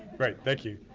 right thank you,